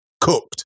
cooked